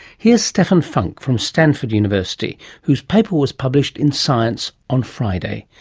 here's stefan funk from stanford university, whose paper was published in science on friday,